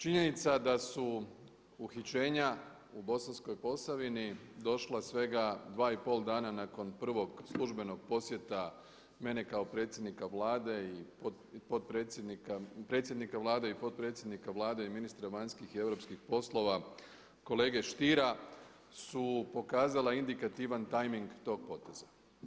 Činjenica da su uhićenja u Bosanskoj Posavini došla svega dva i pol dana nakon prvog službenog posjeta mene kao predsjednika Vlade i potpredsjednika, predsjednika Vlade i potpredsjednika Vlade i ministra vanjskih i europskih poslova kolege Stiera su pokazala indikativan tajming tog poteza.